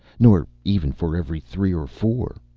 nor even for every three or four.